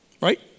Right